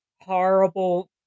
horrible